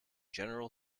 general